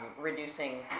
reducing